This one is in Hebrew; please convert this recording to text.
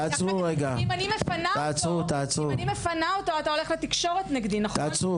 אם אני מפנה אותו אתה הולך לתקשורת נגדי, נכון?